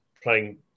playing